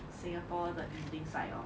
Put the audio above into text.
singapore the EZ-link side hor